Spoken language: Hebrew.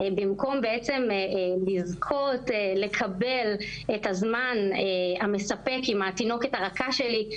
במקום לזכות לקבל את הזמן המספק עם התינוקת הרכה שלי,